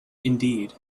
indeed